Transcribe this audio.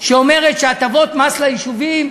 שהטבות מס ליישובים,